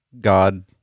god